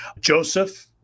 Joseph